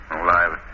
alive